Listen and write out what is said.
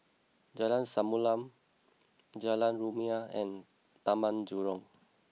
Jalan Samulun Jalan Rumia and Taman Jurong